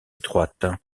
étroites